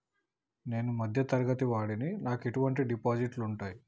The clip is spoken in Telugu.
నేను మధ్య తరగతి వాడిని నాకు ఎటువంటి డిపాజిట్లు ఉంటయ్?